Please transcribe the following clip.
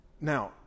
now